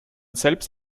selbst